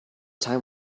time